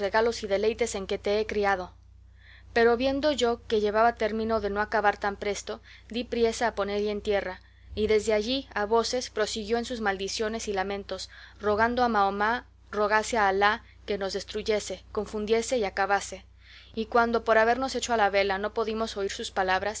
regalos y deleites en que te he criado pero viendo yo que llevaba término de no acabar tan presto di priesa a ponelle en tierra y desde allí a voces prosiguió en sus maldiciones y lamentos rogando a mahoma rogase a alá que nos destruyese confundiese y acabase y cuando por habernos hecho a la vela no podimos oír sus palabras